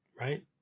right